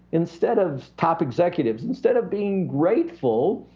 instead of top executives, instead of being grateful,